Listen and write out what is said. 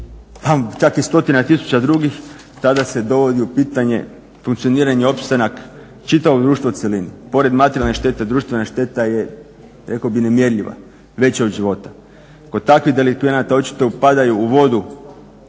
čak i stotina tisuća drugih tada se dovodi u pitanje funkcioniranje, opstanak čitavog društva u cjelini. Pored materijalne štete društvena šteta je rekao bih nemjerljiva, veća od života. Kod takvih delikvenata očito padaju u vodu